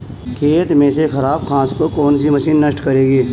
खेत में से खराब घास को कौन सी मशीन नष्ट करेगी?